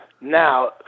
now